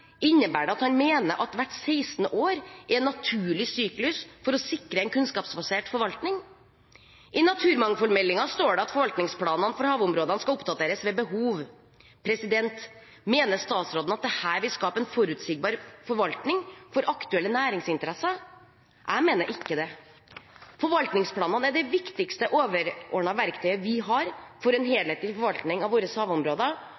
innebærer det at han mener at hvert 16. år er en naturlig syklus for å sikre en kunnskapsbasert forvaltning? I naturmangfoldmeldingen står det at forvaltningsplanene for havområdene skal oppdateres «ved behov». Mener statsråden at dette vil skape en forutsigbar forvaltning for aktuelle næringsinteresser? Jeg mener ikke det. Forvaltningsplanene er det viktigste overordnede verktøyet vi har for en helhetlig forvaltning av våre havområder,